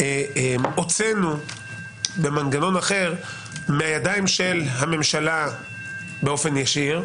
הריבית הוצאנו במנגנון אחר מהידיים של הממשלה באופן ישיר,